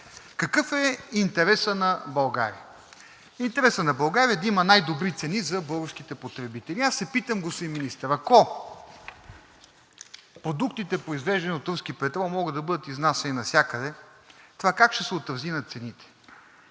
Какъв е интересът на България? Интересът на България е да има най-добри цени за българските потребители. И аз се питам, господин Министър: ако продуктите, произвеждани от руски петрол, могат да бъдат изнасяни навсякъде, това как ще се отрази на цените?